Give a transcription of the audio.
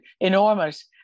enormous